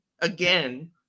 again